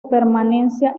permanencia